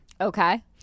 Okay